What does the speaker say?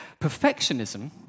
Perfectionism